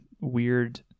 weird